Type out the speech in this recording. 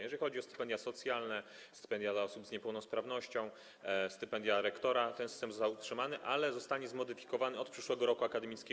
Jeżeli chodzi o stypendia socjalne, stypendia dla osób z niepełnosprawnością, stypendia rektora, ten system został utrzymany, ale zostanie zmodyfikowany od przyszłego roku akademickiego.